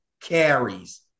carries